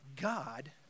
God